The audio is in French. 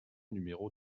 numéro